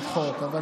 לדחות אותה,